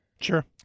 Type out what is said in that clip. Sure